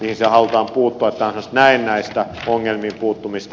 tämä on näennäistä ongelmiin puuttumista